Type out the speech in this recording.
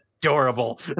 adorable